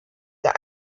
der